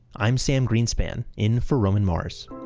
i'm sam greenspan in for roman mars.